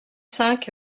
cinq